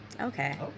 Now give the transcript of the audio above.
Okay